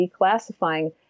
declassifying